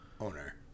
owner